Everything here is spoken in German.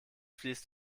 fließt